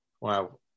wow